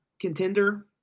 contender